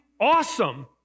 awesome